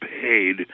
paid